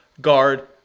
guard